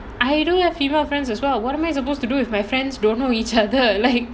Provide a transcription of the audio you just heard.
I do have female friends as well what am I supposed to do with my friends don't know each other like